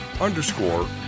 underscore